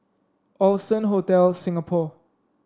Allson Hotel Singapore